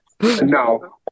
No